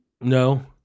No